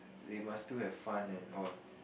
they must still have fun and all